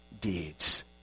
deeds